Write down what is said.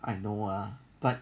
I know ah but